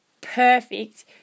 perfect